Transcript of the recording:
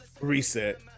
reset